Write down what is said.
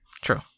True